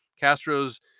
Castro's